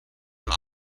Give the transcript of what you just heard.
and